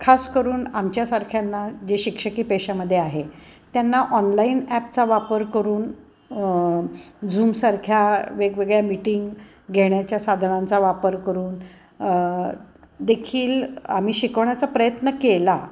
खास करून आमच्यासारख्यांना जे शिक्षकी पेशामध्ये आहे त्यांना ऑनलाईन ॲपचा वापर करून झूमसारख्या वेगवेगळ्या मिटिंग घेण्याच्या साधनांचा वापर करून देखील आम्ही शिकवण्याचा प्रयत्न केला